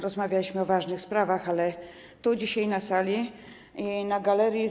Rozmawialiśmy o ważnych sprawach, ale dzisiaj na sali i na galerii.